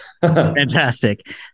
fantastic